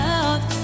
out